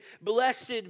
blessed